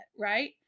right